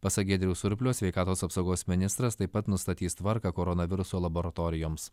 pasak giedriaus surplio sveikatos apsaugos ministras taip pat nustatys tvarką koronaviruso laboratorijoms